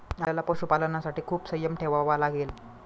आपल्याला पशुपालनासाठी खूप संयम ठेवावा लागेल